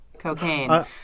Cocaine